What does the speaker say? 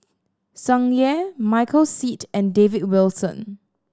Tsung Yeh Michael Seet and David Wilson